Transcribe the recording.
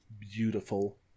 beautiful